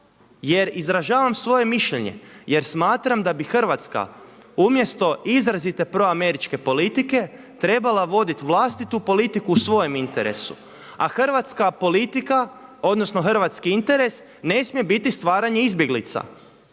jer izražavam svoje mišljenje. Jer smatram da bi Hrvatska umjesto izrazite proameričke politike trebala voditi vlastitu politiku u svojem interesu. A hrvatska politika, odnosno hrvatski interes ne smije biti stvaranje izbjeglica.